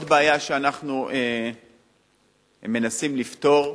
עוד בעיה שאנחנו מנסים לפתור,